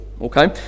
okay